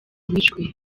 bishwe